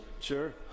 Sure